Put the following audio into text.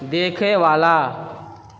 देखएवला